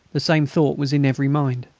the same thought was in every mind,